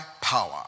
power